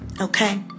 okay